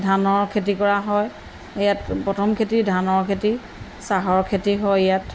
ধানৰ খেতি কৰা হয় ইয়াত প্ৰথম খেতি ধানৰ খেতি চাহৰ খেতি হয় ইয়াত